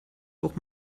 auch